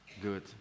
good